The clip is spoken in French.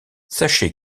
sachez